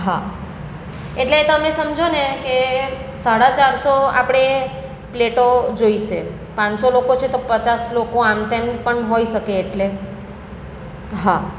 હા એટલે તમે સમજો ને કે સાડા ચારસો આપણે પ્લેટો જોઈશે પાંચસો લોકો છે તો પચાસ લોકો આમ તેમ પણ હોઇ શકે એટલે હા